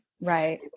Right